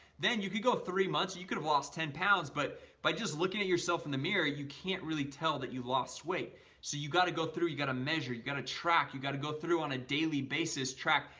then you could go three months you could've lost ten pounds, but by just looking at yourself in the mirror, you can't really tell that you lost weight so you got to go through you got a measure you got a track you got to go through on a daily basis track.